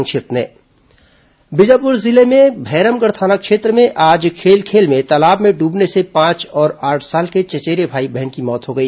संक्षिप्त समाचार बीजापुर जिले के भैरमगढ़ थाना क्षेत्र में आज खेल खेल में तालाब में डूबने से पांच और आठ साल के चचेरे भाई बहन की मौत हो गई